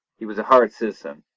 he was a hard citizen,